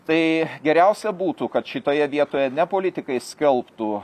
tai geriausia būtų kad šitoje vietoje ne politikai skelbtų